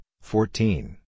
fourteen